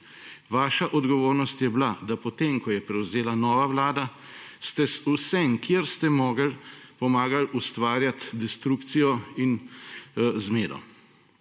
Vaša odgovornost je bila, da potem ko je prevzela nova vlada, ste z vsem, kjer ste mogli, pomagali ustvarjati destrukcijo in zmedo.